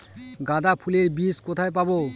গাঁদা ফুলের বীজ কোথায় পাবো?